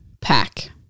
pack